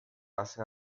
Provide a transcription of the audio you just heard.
hace